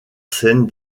scène